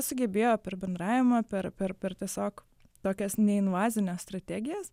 sugebėjo per bendravimą per per per tiesiog tokias neinvazines strategijas